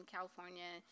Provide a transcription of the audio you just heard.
California –